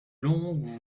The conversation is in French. longues